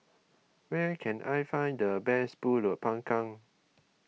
where can I find the best Pulut Panggang